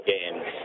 Games